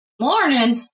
Morning